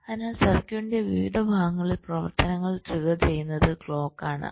അതിനാൽ സർക്യൂട്ടിന്റെ വിവിധ ഭാഗങ്ങളിൽ പ്രവർത്തനങ്ങൾ ട്രിഗർ ചെയ്യുന്നത് ക്ലോക്ക് ആണ്